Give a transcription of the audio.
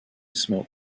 smoke